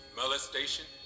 molestation